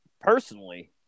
personally